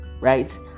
right